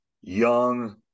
young